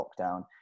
lockdown